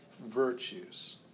virtues